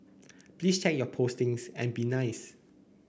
please check your postings and be nice